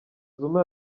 zuma